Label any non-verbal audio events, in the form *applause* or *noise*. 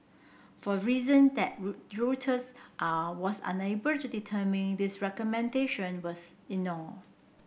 for reason that *unintelligible* Reuters are was unable to determine these recommendation was *unintelligible*